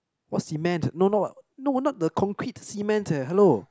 what cement no no no not the concrete cement leh hello